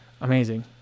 Amazing